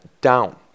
down